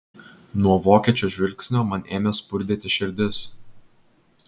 nuo vokiečio žvilgsnio man ėmė spurdėti širdis